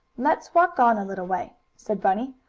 let's walk on a little way, said bunny.